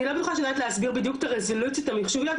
אני לא בטוחה שאני יודעת להסביר בדיוק את הרזולוציות המחשוביות,